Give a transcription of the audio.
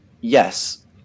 yes